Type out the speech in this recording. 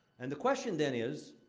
and the question, then, is,